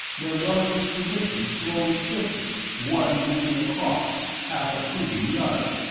their relative positions slowly shifted, one moving across, half occluding the other.